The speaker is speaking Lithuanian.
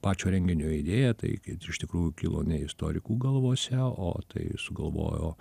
pačio renginio idėja taigi iš tikrųjų kilo ne istorikų galvose o tai sugalvojo